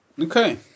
Okay